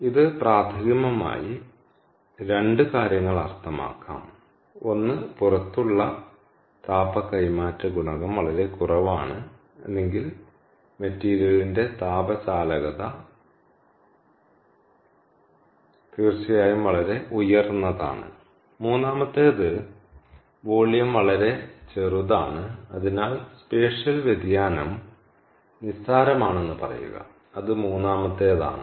അതിനാൽ ഇത് പ്രാഥമികമായി 2 കാര്യങ്ങൾ അർത്ഥമാക്കാം ഒന്ന് പുറത്തുള്ള താപ കൈമാറ്റ ഗുണകം വളരെ കുറവാണ് അല്ലെങ്കിൽ മെറ്റീരിയലിന്റെ താപ ചാലകത തീർച്ചയായും വളരെ ഉയർന്നതാണ് മൂന്നാമത്തേത് വോളിയം വളരെ ചെറുതാണ് അതിനാൽ സ്പേഷ്യൽ വ്യതിയാനം നിസ്സാരമാണെന്ന് പറയുക അത് മൂന്നാമത്തേതാണ്